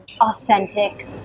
authentic